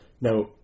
now